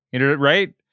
Right